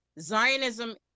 Zionism